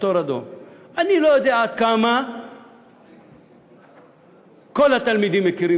אני לא יודע עד כמה כל התלמידים מכירים